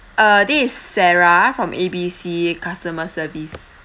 uh this is sarah from A B C customer service